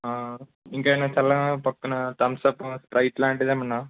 ఇంకా ఏమన్న చల్లగా పక్కన థమ్స్ అప్ స్ప్రైట్ లాంటిది ఏమన్న